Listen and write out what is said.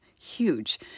huge